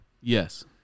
Yes